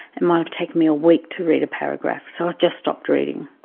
it might have taken me a week to read a paragraph. so i just stopped reading,